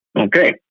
Okay